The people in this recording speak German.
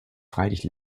freilich